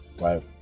Right